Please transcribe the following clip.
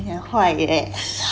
你很坏 leh